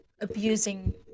abusing